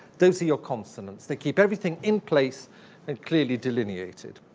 those are your consonants. they keep everything in place and clearly delineated.